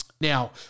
Now